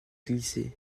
glisser